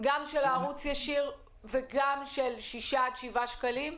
גם של הערוץ הישיר וגם של השישה עד שבעה שקלים?